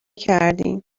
کردیم